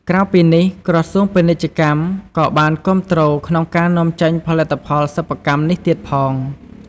ក្រៅពីនេះ ក្រសួងពាណិជ្ជកម្មក៏បានគាំទ្រក្នុងការនាំចេញផលិតផលសិប្បកម្មនេះទៀតផង។